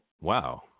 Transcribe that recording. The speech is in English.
Wow